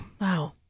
Wow